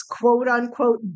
quote-unquote